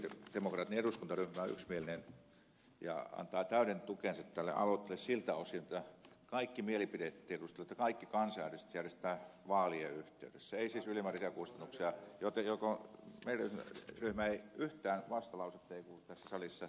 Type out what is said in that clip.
sosialidemokraattinen eduskuntaryhmä on yksimielinen ja antaa täyden tukensa tälle aloitteelle siltä osilta että kaikki mielipidetiedustelut ja kaikki kansanäänestykset järjestetään vaalien yhteydessä ei siis ylimääräisiä kustannuksia joten meidän ryhmästä ei yhtään vastalausetta kuulu tässä salissa sitä vastaan